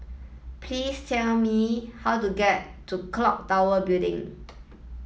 please tell me how to get to Clock Tower Building